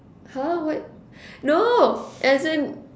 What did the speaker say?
!huh! what no as in